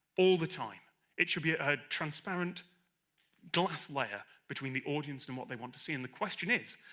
all the time it should be a transparent glass layer between the audience and what they want to see and the question is,